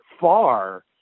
far